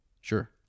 Sure